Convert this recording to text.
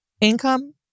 income